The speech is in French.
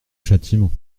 châtiment